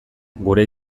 gure